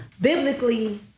biblically